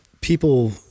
people